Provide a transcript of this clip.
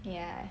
ya